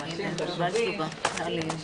הישיבה ננעלה בשעה 11:45.